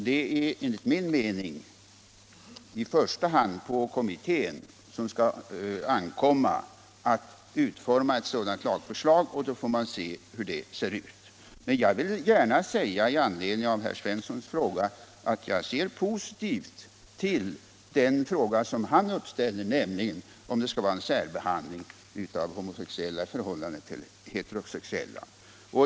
Det är enligt min mening i första hand på kommittén som det skall ankomma att utforma ett sådant lagförslag, och sedan får man se hur det ser ut. Emellertid vill jag i anledning av herr Svenssons fråga gärna säga att jag ser positivt på det spörsmål som han uppställer, nämligen om det skall vara en särbehandling av homosexuella i förhållande till heterosexuella.